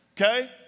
okay